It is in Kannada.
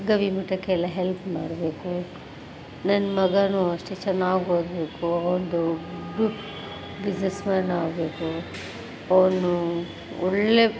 ಗವಿ ಮಠಕ್ಕೆಲ್ಲ ಹೆಲ್ಪ್ ಮಾಡಬೇಕು ನನ್ನ ಮಗಾನೂ ಅಷ್ಟೆ ಚೆನ್ನಾಗ್ ಓದಬೇಕು ಅವನು ದೊಡ್ದ ಬಿಸ್ನೆಸ್ ಮ್ಯಾನ್ ಆಗಬೇಕು ಅವಳು ಒಳ್ಳೆ